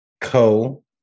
Co